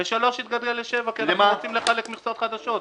ו-(3) יתגלגל ל-(7) כי אנחנו רוצים לחלק מכסות חדשות.